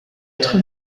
autre